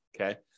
okay